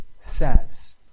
says